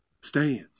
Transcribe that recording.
stands